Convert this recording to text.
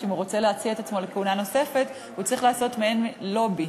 אם הוא רוצה להציע את עצמו לכהונה נוספת הוא צריך לעשות מעין לובי